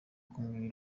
kumwe